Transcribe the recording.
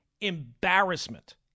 embarrassment